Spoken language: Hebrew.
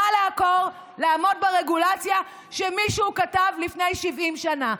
נא לעקור, לעמוד ברגולציה שמישהו כתב לפני 70 שנה.